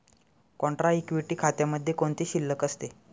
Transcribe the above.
Contra equity खात्यामध्ये कोणती शिल्लक असते?